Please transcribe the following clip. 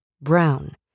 brown